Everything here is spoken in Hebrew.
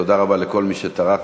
תודה רבה לכל מי שטרח,